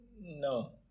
No